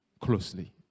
closely